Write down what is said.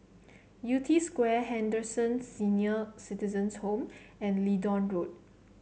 Yew Tee Square Henderson Senior Citizens' Home and Leedon Road